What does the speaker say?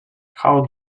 how